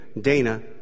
Dana